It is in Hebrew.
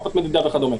מפות מדידה וכדומה.